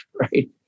right